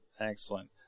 Excellent